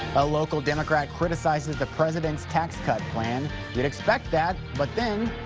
a local democrat criticizes the president's tax cut plan you'd expect that but then,